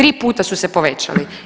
3 puta su se povećali.